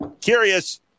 curious